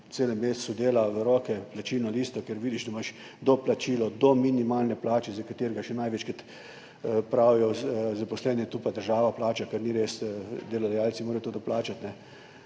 celem mesecu dela v roke plačilno listo, na kateri vidiš, da imaš doplačilo do minimalne plače, za katerega še največkrat pravijo zaposleni, tu pa država plača, kar ni res, delodajalci morajo to doplačati,